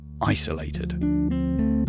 isolated